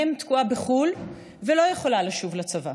מ' תקועה בחו"ל ולא יכולה לשוב לצבא,